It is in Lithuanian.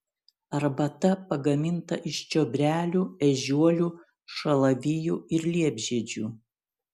arbata pagaminta iš čiobrelių ežiuolių šalavijų ir liepžiedžių